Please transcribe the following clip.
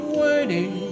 waiting